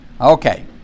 Okay